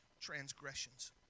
transgressions